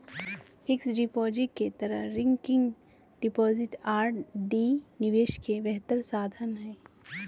fixed deposit के तरह recurring deposit RD निवेश के बेहतर साधन हइ